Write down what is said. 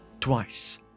Twice